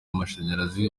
amashanyarazi